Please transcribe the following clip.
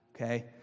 Okay